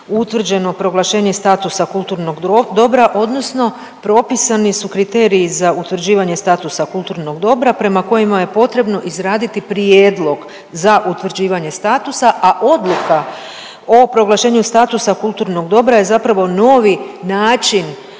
utvrđeno proglašenje statusa kulturnog dobra odnosno propisani su kriteriji za utvrđivanje statusa kulturnog dobra prema kojima je potrebno izraditi prijedlog za utvrđivanje statusa, a odluka o proglašenju statusa kulturnog dobra je zapravo novi način